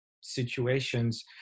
situations